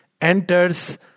enters